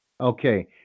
Okay